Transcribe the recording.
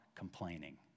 complaining